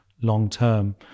long-term